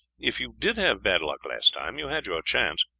if you did have bad luck last time, you had your chance,